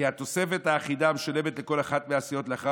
כי התוספת האחידה המשולמת לכל אחת מהסיעות לאחר